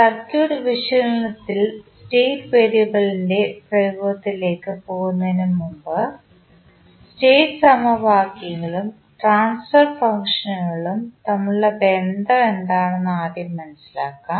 circuit വിശകലനത്തിൽ state വേരിയബിളിൻറെ പ്രയോഗത്തിലേക്ക് പോകുന്നതിനുമുമ്പ് സ്റ്റേറ്റ് സമവാക്യങ്ങളും ട്രാൻസ്ഫർ ഫങ്ക്ഷനുകളും തമ്മിലുള്ള ബന്ധം എന്താണെന്ന് ആദ്യം മനസിലാക്കാം